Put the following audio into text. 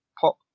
pop